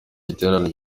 giterane